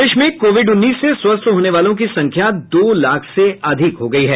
प्रदेश में कोविड उन्नीस से स्वस्थ होने वालों की संख्या दो लाख से अधिक हो गयी है